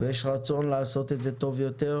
ויש רצון לעשות את זה טוב יותר.